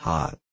Hot